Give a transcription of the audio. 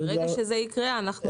ברגע שזה יקרה, נעדכן את התקנות בהתאם.